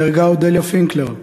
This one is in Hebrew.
נהרגה אודליה פינקלר,